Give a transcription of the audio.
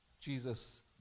Jesus